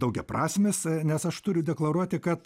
daugiaprasmis nes aš turiu deklaruoti kad